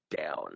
down